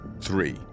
Three